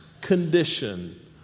condition